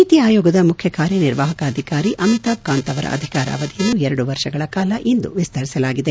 ನೀತಿ ಆಯೋಗದ ಮುಖ್ಯಕಾರ್ಯನಿರ್ವಾಪಕ ಅಧಿಕಾರಿ ಅಮಿತಾಬ್ಕಾಂತ್ ಅವರ ಅಧಿಕಾರ ಅವಧಿಯನ್ನು ಎರಡು ವರ್ಷಗಳ ಕಾಲ ಇಂದು ವಿಸ್ತರಿಸಲಾಗಿದೆ